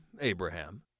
Abraham